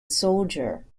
soldier